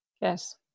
Yes